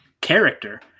character